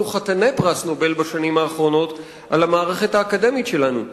חתני פרס נובל בשנים האחרונות על המערכת האקדמית שלנו.